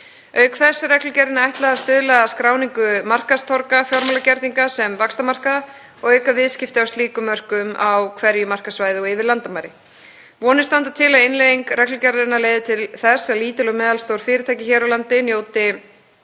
þess er reglugerðinni ætlað að stuðla að skráningu markaðstorga fjármálagerninga sem vaxtarmarkaða og auka viðskipti á slíkum mörkuðum á hverju markaðssvæði og yfir landamæri. Vonir standa til að innleiðing reglugerðarinnar leiði til þess að lítil og meðalstór fyrirtæki hér á landi hljóti